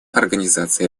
организации